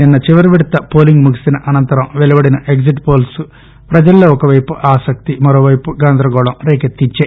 నిన్స చివరివిడత పోలింగ్ ముగిసిన అనంతరం పెలువడిన ఎగ్జిట్ వోల్స్ ప్రజల్లో ఒకవైపు ఆసక్తిని మరోవైపు తీవ్ర గందరగోళాన్ని రెకెత్తించాయి